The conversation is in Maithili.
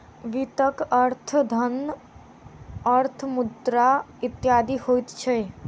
वित्तक अर्थ धन, अर्थ, मुद्रा इत्यादि होइत छै